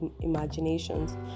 imaginations